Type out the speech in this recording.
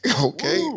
Okay